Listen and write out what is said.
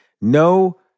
No